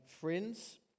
friends